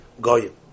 Goyim